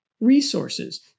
resources